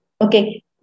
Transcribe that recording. okay